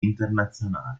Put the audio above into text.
internazionale